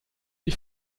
die